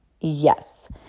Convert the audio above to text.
Yes